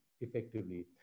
effectively